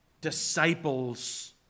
Disciples